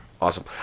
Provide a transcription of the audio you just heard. Awesome